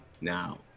Now